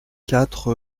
quatre